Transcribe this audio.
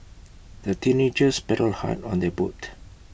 the teenagers paddled hard on their boat